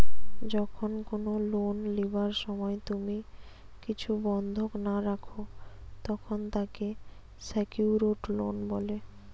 যখন কুনো লোন লিবার সময় তুমি কিছু বন্ধক না রাখো, তখন তাকে সেক্যুরড লোন বলে